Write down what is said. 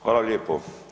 Hvala lijepo.